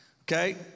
okay